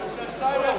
אבל שהשר יסביר,